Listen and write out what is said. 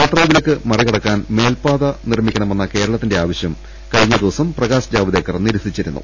യാത്രാവിലക്ക് മറികടുക്കാൻ മേൽപാത നിർമി ക്കണമെന്ന കേരളത്തിന്റെ ആവശ്യം കഴിഞ്ഞ ദിവസം പ്രകാശ് ജാവ്ദേക്കർ നിരസിച്ചിരുന്നു